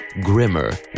Grimmer